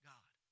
God